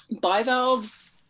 Bivalves